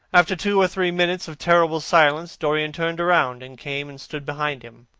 after two or three minutes of terrible silence, dorian turned round and came and stood behind him,